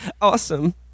awesome